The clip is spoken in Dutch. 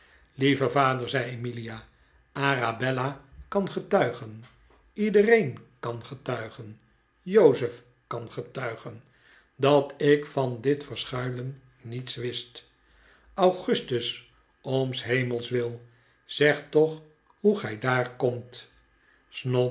lieve vader zei emilia arabella kan getuigen iedereen kan getuigen jozef kan getuigen dat ik van dit verschuilen niets wist augustus om s hemels wil zeg toch hoe gij daar komt